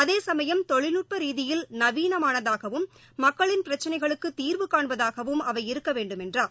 அதேசமயம் தொழில்நுட்ப ரீதியில் நவீனமானதாகவும் மக்களின் பிரச்சினைகளுக்கு தீர்வுகாண்பதாகவும் அவை இருக்க வேண்டும் என்றார்